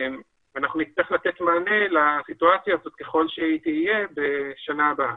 אנחנו נצטרך לתת מענה לסיטואציה הזאת ככל שהיא תהיה בשנה הבאה.